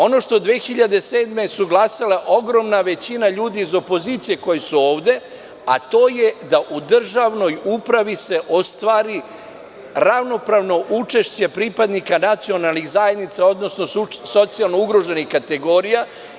Ono što su 2007. godine glasale ogromne većine ljudi iz opozicije, koji su ovde, a to je da u državnoj upravi se ostvari ravnopravno učešće pripadnika nacionalnih zajednica, odnosno socijalno ugroženih kategorija.